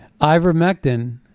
Ivermectin